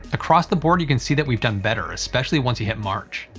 across the board you can see that we've done better, especially once you hit march.